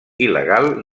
il·legal